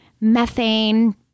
methane